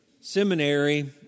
seminary